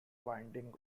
winding